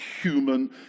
human